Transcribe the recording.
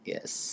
Yes